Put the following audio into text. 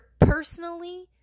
personally